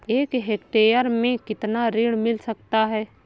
एक हेक्टेयर में कितना ऋण मिल सकता है?